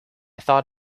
thought